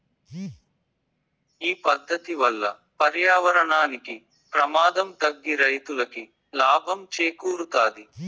ఈ పద్దతి వల్ల పర్యావరణానికి ప్రమాదం తగ్గి రైతులకి లాభం చేకూరుతాది